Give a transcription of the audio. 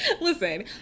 Listen